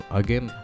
again